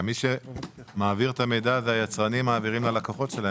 מי שמעביר את המידע זה היצרנים מעבירים ללקוחות שלכם